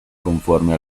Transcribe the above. conforme